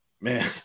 man